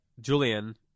Julian